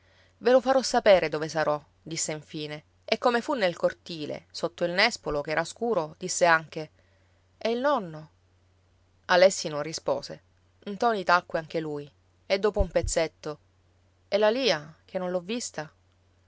ve lo farò sapere dove sarò disse infine e come fu nel cortile sotto il nespolo che era scuro disse anche e il nonno alessi non rispose ntoni tacque anche lui e dopo un pezzetto e la lia che non l'ho vista